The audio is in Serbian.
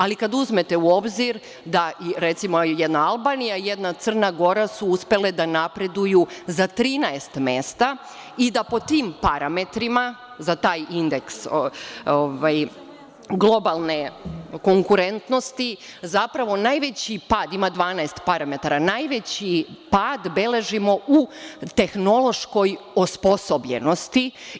Ali, kada uzmete u obzir da su, recimo, jedna Albanija i jedna Crna Gora uspele da napreduju za 13 mesta i da po tim parametrima, za taj indeks globalne konkurentnosti, a ima 12 parametara, zapravo najveći pad beležimo u tehnološkoj osposobljenosti.